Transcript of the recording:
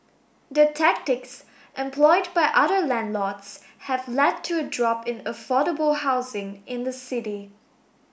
the tactics employed by other landlords have led to a drop in affordable housing in the city